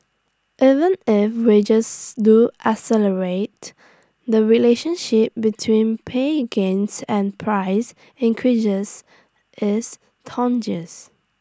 even if wages do accelerate the relationship between pay A gains and price increases is